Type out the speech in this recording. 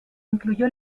incluyó